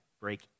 break